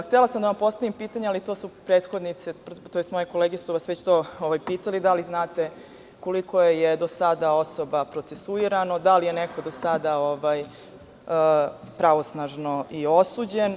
Htela sam da vam postavim pitanje, ali moje kolege su vas već to pitale, da li znate koliko je do sada osoba procesuirano, da li je neko do sada pravosnažno i osuđen.